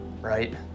Right